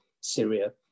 Syria